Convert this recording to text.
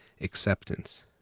acceptance